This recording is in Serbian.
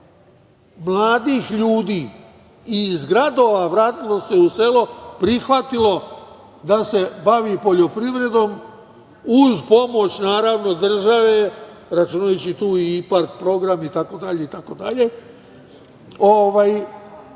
mladih ljudi iz gradova vratilo se u selo, prihvatilo da se bavi poljoprivredom uz pomoć, naravno, države, računajući tu i IPARD program itd, itd.